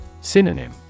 Synonym